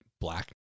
black